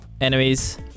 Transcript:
enemies